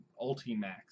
Ultimax